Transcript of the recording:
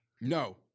No